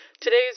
Today's